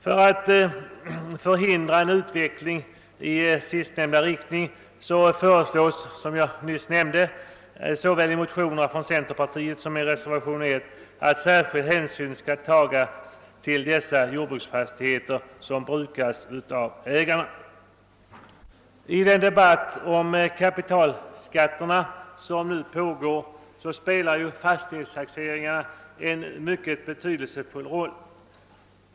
För att förhindra en utveckling i sistnämnda riktning föreslås som jag nyss nämnde såväl i motionerna från centerpartiet som i reservationen 1 att särskild hänsyn skall tas till de jordbruksfastigheter som brukas av ägarna. I den debatt om kapitalskatterna som nu pågår spelar fastighetstaxeringen en betydelsefull roll.